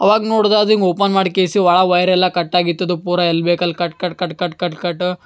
ಅವಾಗ ನೋಡ್ದೆ ಅದಿಂಗೆ ಓಪನ್ ಮಾಡಿ ಕೇಸಿ ಒಳಗೆ ವೈರೆಲ್ಲ ಕಟ್ಟಾಗಿತ್ತದು ಪೂರಾ ಎಲ್ಲಿ ಬೇಕು ಅಲ್ಲಿ cut cut cut cut cut ಕಟು